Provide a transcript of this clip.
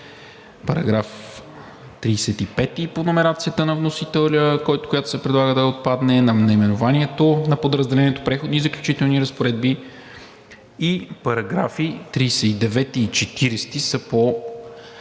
§ 35 по номерацията на вносителя, която се предлага да отпадне, наименованието на Подразделението „Преходните и заключителните разпоредби“ и на § 39 и 40 са по